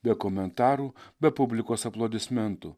be komentarų be publikos aplodismentų